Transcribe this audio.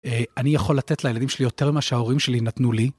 אני יכול לתת לילדים שלי יותר ממה שההורים שלי נתנו לי.